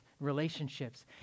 relationships